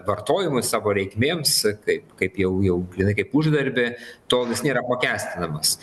vartojimui savo reikmėms kaip kaip jau jau grynai kaip uždarbį tol jis nėra apmokestinamas